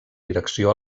direcció